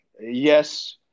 Yes